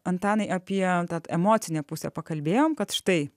antanai apie emocinę pusę pakalbėjom kad štai